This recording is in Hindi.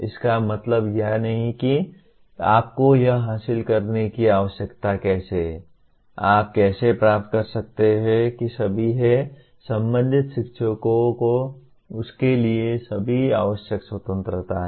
इसका मतलब यह नहीं है कि आपको यह हासिल करने की आवश्यकता कैसे है आप कैसे प्राप्त कर सकते हैं कि सभी है संबंधित शिक्षक को उसके लिए सभी आवश्यक स्वतंत्रता है